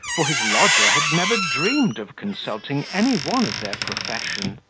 for his lodger had never dreamed of consulting any one of their profession.